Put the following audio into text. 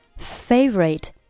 Favorite